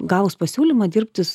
gavus pasiūlymą dirbti